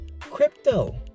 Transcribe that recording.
crypto